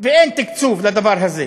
אין תקצוב לדבר הזה.